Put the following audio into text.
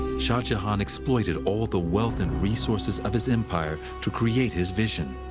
shah jahan exploited all the wealth and resources of his empire to create his vision.